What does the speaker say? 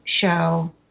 show